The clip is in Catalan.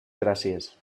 gràcies